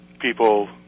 people